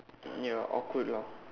ya awkward lah